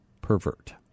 pervert